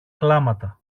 κλάματα